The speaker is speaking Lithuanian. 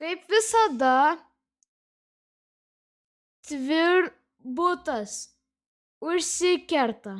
kaip visada tvirbutas užsikerta